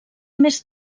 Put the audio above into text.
més